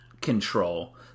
control